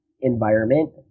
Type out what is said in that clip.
environment